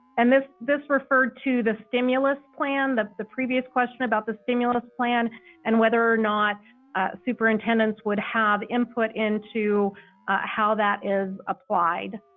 and this. this referred to the stimulus plan that the previous question about the stimulus plan and whether or not superintendents would have input into uhh how that is applied.